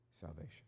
salvation